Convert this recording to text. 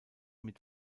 mit